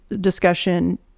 discussion